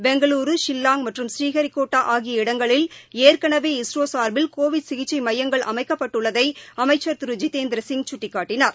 பெங்களூரு ஷில்லாங் மற்றும் ஸ்ரீஹரிகோட்டா ஆகிய இடங்களில் ஏற்கெனவே இஸ்ரோ சார்பில் கோவிட் சிகிச்சை மையங்கள் அமைக்கப்பட்டுள்ளதை அமைச்சர் திரு ஜிதேந்திர சிங் சுட்டிக்காட்டினார்